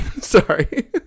Sorry